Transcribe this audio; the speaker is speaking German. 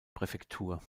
präfektur